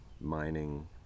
mining